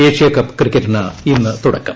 Asia Cup ക്രിക്കറ്റിന് ഇന്ന് തുടക്കം